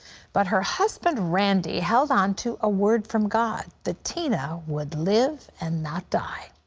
but her husband, randy, held on to a word from god that tina would live and not die.